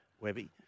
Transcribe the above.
Webby